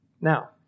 Now